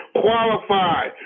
qualify